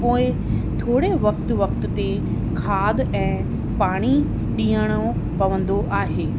पोइ थोरे वक़्त वक़्त ते खाद ऐं पाणी ॾियणो पवंदो आहे